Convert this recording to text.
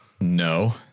No